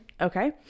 Okay